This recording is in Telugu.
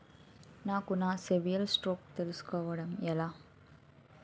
నాకు నా సిబిల్ స్కోర్ తెలుసుకోవడం ఎలా?